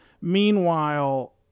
meanwhile